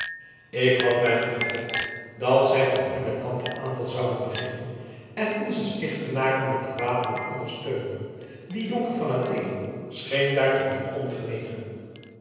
ik had mij gevleid dat zij van hunnen kant den aanval zouden beginnen en onze stichtenaren met de wapenen ondersteunen die jonker van adeelen scheen daartoe niet ongenegen